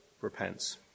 repent